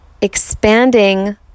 expanding